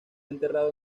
enterrado